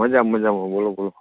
મજામાં મજામાં બોલો બોલો